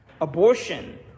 abortion